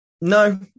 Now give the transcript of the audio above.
No